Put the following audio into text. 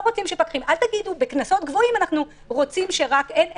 אל תגידו: בקנסות גבוהים אנחנו רוצים שרק קצין משטרה יאכוף.